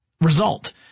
result